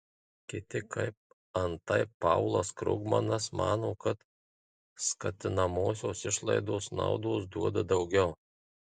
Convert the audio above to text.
kiti kaip antai paulas krugmanas mano kad skatinamosios išlaidos naudos duoda daugiau